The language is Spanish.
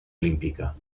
olímpica